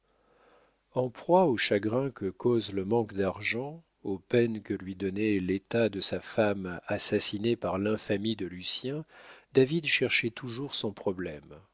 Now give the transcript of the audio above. en proie aux chagrins que cause le manque d'argent aux peines que lui donnait l'état de sa femme assassinée par l'infamie de lucien david cherchait toujours son problème